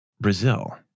brazil